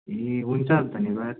ए हुन्छ धन्यवाद